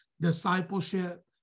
discipleship